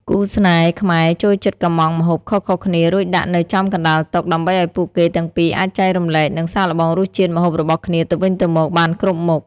គូស្នេហ៍ខ្មែរចូលចិត្តកុម្ម៉ង់ម្ហូបខុសៗគ្នា រួចដាក់នៅចំកណ្ដាលតុ ដើម្បីឱ្យពួកគេទាំងពីរអាចចែករំលែក និងសាកល្បងរសជាតិម្ហូបរបស់គ្នាទៅវិញទៅមកបានគ្រប់មុខ។